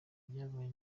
byabaye